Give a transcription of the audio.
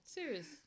Serious